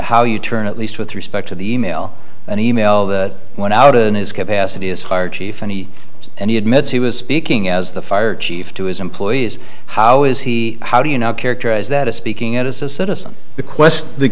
how you turn at least with respect to the e mail and e mail that went out and his capacity is higher chief any and he admits he was speaking as the fire chief to his employees how is he how do you now characterize that as speaking out as a citizen the